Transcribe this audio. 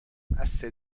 بسه